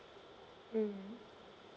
mm